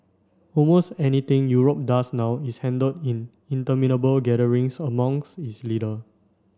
almost anything Europe does now is handled in interminable gatherings amongs its leader